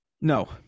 No